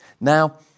Now